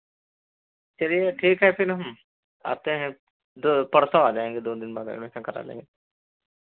चलिए ठीक है फिर हम आते हैं दो परसों आ जाएंगे दो दिन बाद एडमिशन करा लेंगे